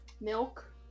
milk